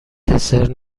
دسر